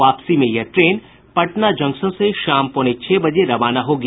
वापसी में यह ट्रेन पटना जंक्शन से शाम पौने छह बजे रवाना होगी